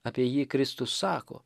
apie jį kristus sako